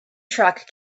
truck